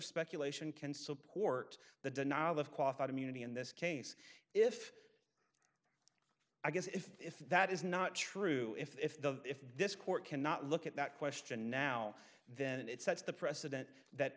speculation can support the denial of qualified immunity in this case if i guess if that is not true if the if this court cannot look at that question now that it sets the precedent that